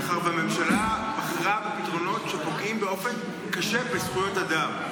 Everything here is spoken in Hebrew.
מאחר שהממשלה בחרה בפתרונות שפוגעים באופן קשה בזכויות אדם.